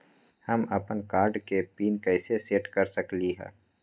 हम अपन कार्ड के पिन कैसे सेट कर सकली ह?